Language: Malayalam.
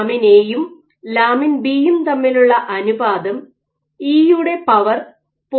ലാമിൻ എ യും ലാമിൻ ബി യും തമ്മിലുള്ള അനുപാതം Lamin AB ഇയുടെ പവർ 0